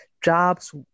Jobs